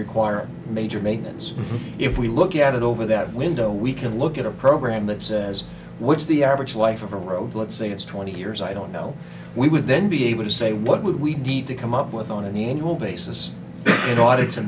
require a major maintenance if we look at it over that window we can look at a program that says what's the average life of a road let's say it's twenty years i don't know we would then be able to say what would we need to come up with on an annual basis in order to